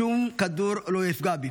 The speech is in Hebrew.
שום כדור לא יפגע בי.